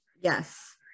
Yes